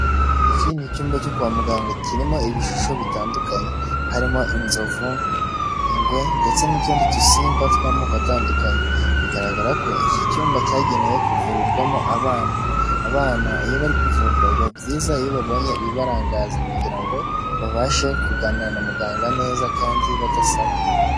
Iki ni icyumba cyo kwa muganga kirimo ibishusho bitandukanye, harimo, inzovu ingwe ndetse n'utundi dusimba tw'amoko atandukanye, bigaragara ko iki cyumba cyagenewe kuvurirwamo abana, abana iyo bari kuvurwa biba byiza iyo babonye ibibarangaza kugira ngo babashe kuganira na muganga neza kandi badasara.